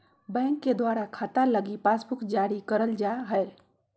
bank के द्वारा खाता लगी पासबुक जारी करल जा हय